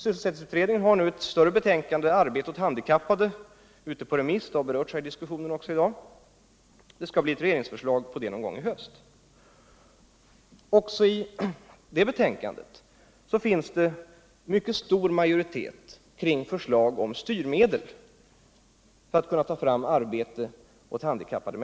Denna utredning har ett större betänkande, Arbete åt handikappade, ute på remiss, vilket berörts i den tidigare diskussionen i dag. I höst får vi här ett regeringsförslag. Även i detta betänkande sluter en stor majoritet upp bakom förslaget om styrmedel för att skaffa fram arbete åt handikappade.